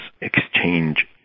exchange